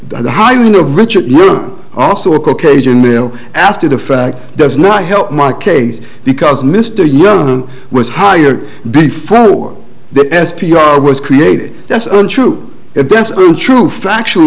the hiring of richard also a caucasian male after the fact does not help my case because mr young was hired before the s p r was created that's untrue and that's true factual